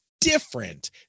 different